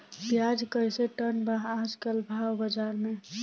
प्याज कइसे टन बा आज कल भाव बाज़ार मे?